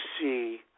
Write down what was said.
see